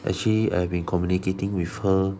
actually I have been communicating with her